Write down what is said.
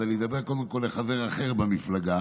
אני אדבר קודם כול אל חבר אחר במפלגה,